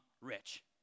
rich